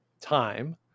time